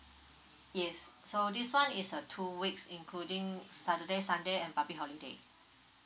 yes so this one is uh two weeks including saturday sunday and public holiday